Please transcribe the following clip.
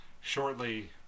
shortly